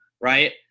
right